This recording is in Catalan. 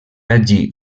hagi